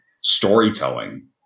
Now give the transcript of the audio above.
storytelling